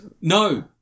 No